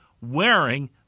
wearing